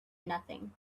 nothing